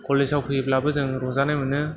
कलेजाव फैयोब्लाबो जों रंजानाय मोनो